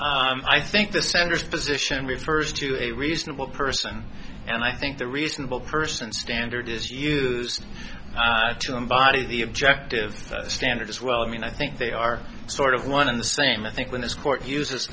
mean i think the standards position refers to a reasonable person and i think the reasonable person standard is used to embody the objective standard as well i mean i think they are sort of one and the same i think when this court uses